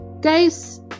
Guys